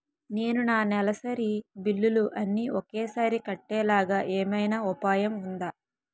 నేను నా నెలసరి బిల్లులు అన్ని ఒకేసారి కట్టేలాగా ఏమైనా ఉపాయం ఉందా?